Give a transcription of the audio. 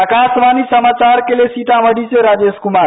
आकाशवाणी समाचार के लिए सीतामढी से राजेश कुमार